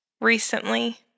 recently